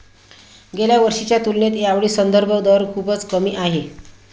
गेल्या वर्षीच्या तुलनेत यावेळी संदर्भ दर खूपच कमी आहे